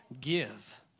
Give